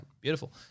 Beautiful